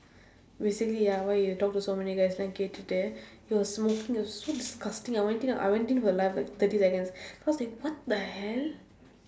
basically ya why you talk to so many guys எல்லாம் கேட்டுட்டு:ellaam keetdutdu he was smoking it was so disgusting I went in I went in the live like thirty seconds cause like what the hell